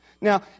Now